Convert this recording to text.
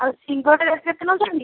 ଆଉ ସିଙ୍ଗଡ଼ା ରେଟ୍ କେତେ ନେଉଛନ୍ତି